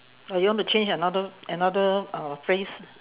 or you want to change another another uh phrase